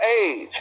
age